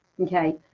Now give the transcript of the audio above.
okay